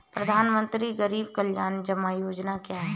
प्रधानमंत्री गरीब कल्याण जमा योजना क्या है?